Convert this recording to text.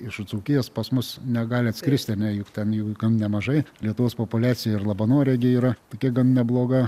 iš dzūkijos pas mus negali atskristi ar ne juk ten jų gan nemažai lietuvos populiacija ir labanore gi yra tokia gan nebloga